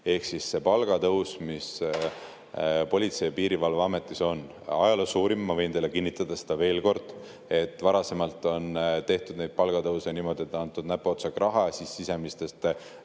Ehk siis see palgatõus, mis Politsei‑ ja Piirivalveametis on ajaloo suurim, ma võin teile kinnitada seda veel kord – varasemalt on tehtud neid palgatõuse niimoodi, et on antud näpuotsaga raha sisemistest